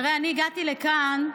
תראה, אני הגעתי לכאן,